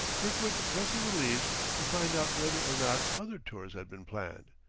kirkwood rustled the leaves to find out whether or not other tours had been planned,